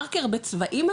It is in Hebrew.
המרקר בצבעים,